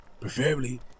preferably